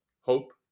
Hope